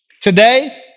Today